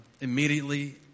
immediately